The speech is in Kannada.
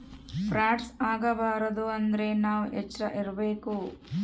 ಫ್ರಾಡ್ಸ್ ಆಗಬಾರದು ಅಂದ್ರೆ ನಾವ್ ಎಚ್ರ ಇರ್ಬೇಕು